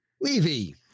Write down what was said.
Levy